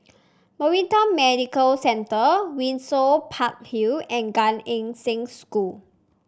Maritime Medical Centre Windsor Park Hill and Gan Eng Seng School